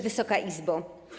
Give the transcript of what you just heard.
Wysoka Izbo!